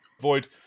Void